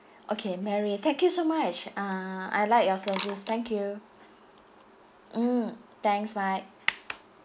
okay mary thank you so much uh I like your service thank you mm thanks bye